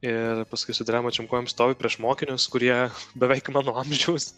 ir paskui su drebančiom kojom stovi prieš mokinius kurie beveik mano amžiaus